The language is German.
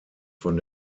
von